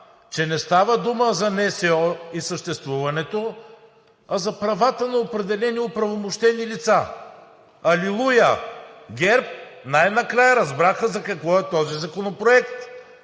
че не става дума за НСО и съществуването му, а за правата на определени оправомощени лица. Алилуя! ГЕРБ най-накрая разбраха за какво е този законопроект